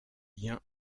liens